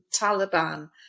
Taliban